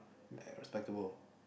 very respectable